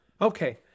Okay